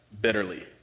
bitterly